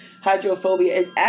hydrophobia